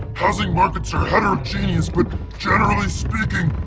housing markets are heterogeneous. but generally speaking,